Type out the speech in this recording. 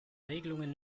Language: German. regelungen